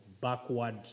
backward